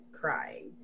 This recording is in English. crying